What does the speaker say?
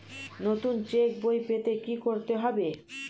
নতুন চেক বই পেতে কী করতে হবে?